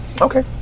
Okay